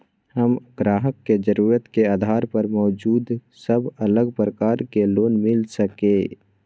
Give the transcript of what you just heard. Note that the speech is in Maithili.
हम ग्राहक के जरुरत के आधार पर मौजूद सब अलग प्रकार के लोन मिल सकये?